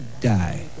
die